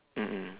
mmhmm